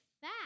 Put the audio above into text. fat